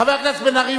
חבר הכנסת בן-ארי,